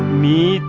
me